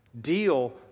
deal